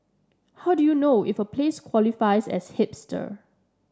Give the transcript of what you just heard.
how do you know if a place qualifies as hipster